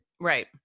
Right